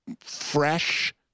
fresh